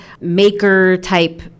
maker-type